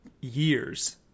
years